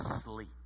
sleep